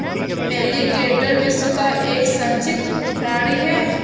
alligator विश्व का एक संरक्षित प्राणी है